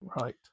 Right